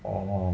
orh